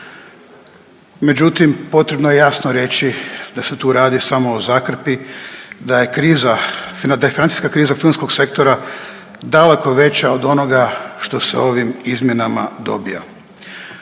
međutim potrebno je jasno reći da se tu radi samo o zakrpi, da je kriza, da je financijska kriza filmskog sektora daleko veća od onoga što se ovim izmjenama dobiva.